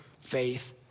faith